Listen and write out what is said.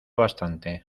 bastante